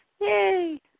Yay